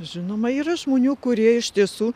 žinoma yra žmonių kurie iš tiesų